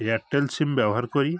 Airtel SIM ব্যবহার করি